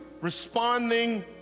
responding